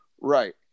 right